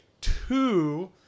two